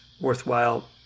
worthwhile